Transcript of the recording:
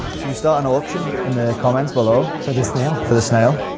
should we start an auction in the comments below? for the snail? for the snail!